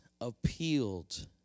appealed